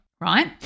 right